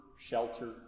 shelter